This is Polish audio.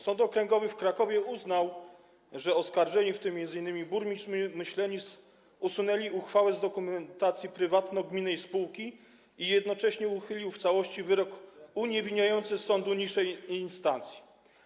Sąd Okręgowy w Krakowie uznał, że oskarżeni, w tym m.in. burmistrz Myślenic, usunęli uchwałę z dokumentacji prywatno-gminnej spółki, i jednocześnie uchylił w całości wyrok uniewinniający sądu niższej instancji.